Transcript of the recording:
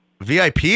VIP